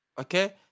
okay